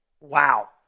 Wow